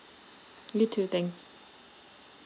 you too thanks